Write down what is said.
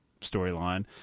storyline